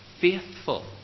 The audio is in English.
faithful